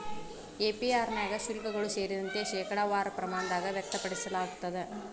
APR ನ್ಯಾಗ ಶುಲ್ಕಗಳು ಸೇರಿದಂತೆ, ಶೇಕಡಾವಾರ ಪ್ರಮಾಣದಾಗ್ ವ್ಯಕ್ತಪಡಿಸಲಾಗ್ತದ